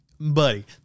Buddy